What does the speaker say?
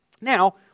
Now